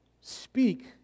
speak